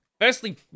firstly